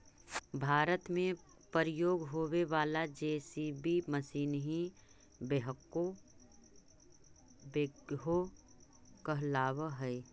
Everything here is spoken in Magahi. भारत में प्रयोग होवे वाला जे.सी.बी मशीन ही बेक्हो कहलावऽ हई